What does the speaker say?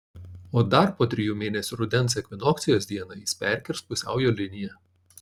o dar po trijų mėnesių rudens ekvinokcijos dieną jis perkirs pusiaujo liniją